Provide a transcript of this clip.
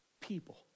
people